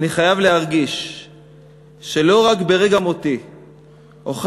אני חייב להרגיש שלא רק ברגע מותי אוכל